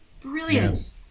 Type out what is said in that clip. brilliant